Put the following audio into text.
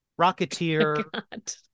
Rocketeer